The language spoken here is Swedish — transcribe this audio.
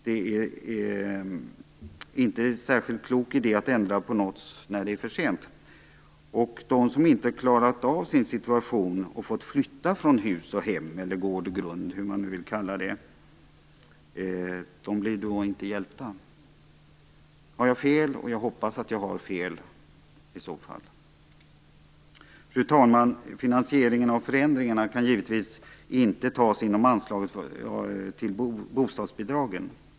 Det är inte en särskilt klok idé att ändra på något när det är för sent. De som inte har klarat av sin situation utan fått flytta från hus och hem, eller gård och grund om man så vill, blir inte hjälpta. Jag hoppas dock att jag har fel. Fru talman! Finansieringen av förändringarna kan givetvis inte tas inom anslaget till bostadsbidragen.